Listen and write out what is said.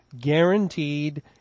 guaranteed